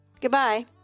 Goodbye